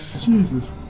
Jesus